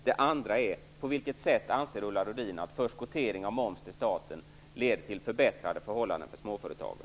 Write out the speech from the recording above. Den andra är: På vilket sätt anser Ulla Rudin att förskottering av moms till staten leder till förbättrade förhållanden för småföretagen?